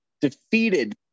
defeated